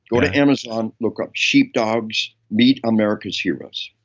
go to amazon. look up sheepdogs meet america's heroes.